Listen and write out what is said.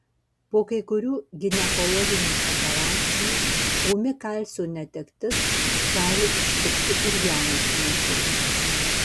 po kai kurių ginekologinių operacijų ūmi kalcio netektis gali ištikti ir jaunas moteris